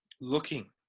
looking